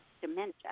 dementia